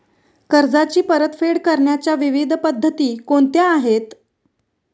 कर्जाची परतफेड करण्याच्या विविध पद्धती कोणत्या आहेत?